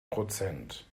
prozent